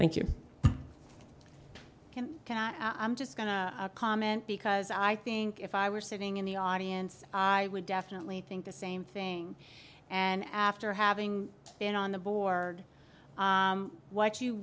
thank you can i'm just going to comment because i think if i were sitting in the audience i would definitely think the same thing and after having been on the board what you